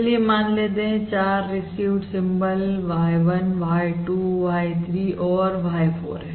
चलिए मान लेते हैं 4 received symbol y1 y1 y3 और y4 हैं